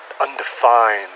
undefined